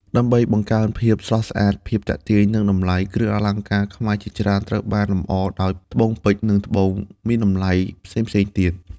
ដើម្បីបង្កើនភាពស្រស់ស្អាត ភាពទាក់ទាញ និងតម្លៃ គ្រឿងអលង្ការខ្មែរជាច្រើនត្រូវបានលម្អដោយ ត្បូងពេជ្រ និង ត្បូងមានតម្លៃ ផ្សេងៗទៀត។